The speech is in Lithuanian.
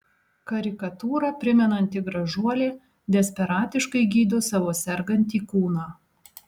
karikatūrą primenanti gražuolė desperatiškai gydo savo sergantį kūną